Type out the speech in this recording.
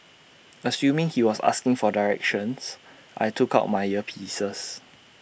assuming he was asking for directions I took out my earpieces